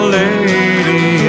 lady